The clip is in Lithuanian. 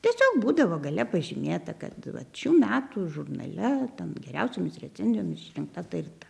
tiesiog būdavo gale pažymėta kad vat šių metų žurnale ten geriausiomis recenzijomis išrinkta ta ir ta